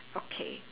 okay